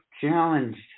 challenged